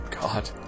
God